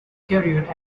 career